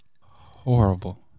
horrible